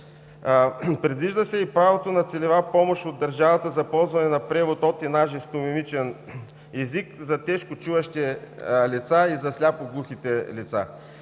Предвижда се и правото на целева помощ от държавата за ползване на превод от и на жестомимичен език за тежко чуващи лица и за сляпо-глухите лица.